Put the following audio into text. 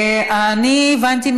אני הבנתי,